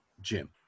Jim